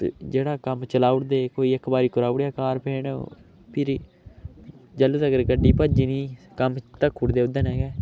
ते जेह्ड़ा कम्म चलाई ओड़दे कोई इक बारी कराई ओड़ेआ कारपेंट फिरी जेल्लै तगर गड्डी भज्जी नि कम्म धक्ख ओड़दे ओह्दे कन्नै गै